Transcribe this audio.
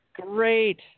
Great